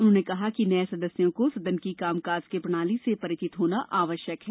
उन्होंने कहा कि नए सदस्यों को सदन की कामकाज की प्रणाली से परिचित होना आवश्यक है